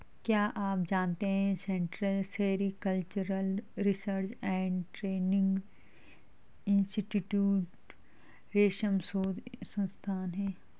क्या आप जानते है Central Sericultural Research and Training Institute रेशम शोध संस्थान है?